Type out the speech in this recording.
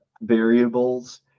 variables